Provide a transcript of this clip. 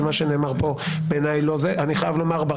אני חייב לומר,